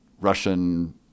Russian